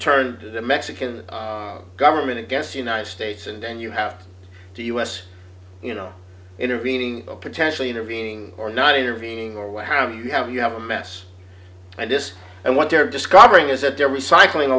to the mexican government against the united states and and you have to us you know intervening potentially intervening or not intervening or what have you have you have a mess and this and what they're discovering is that there was cycling a